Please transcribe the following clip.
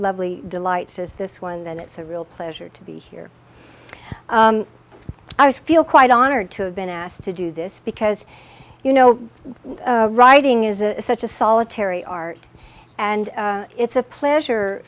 lovely delights as this one then it's a real pleasure to be here i was feel quite honored to have been asked to do this because you know writing is such a solitary art and it's a pleasure